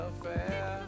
Affair